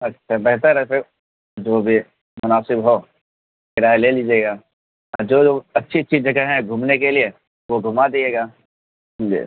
اچھا بہتر ہے پھر جو بھی ہے مناسب ہو کرایہ لے لیجیے گا اور جو جو اچھی اچھی جگہ ہیں گھومنے کے لیے وہ گھما دیجیے گا جی